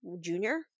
junior